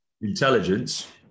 intelligence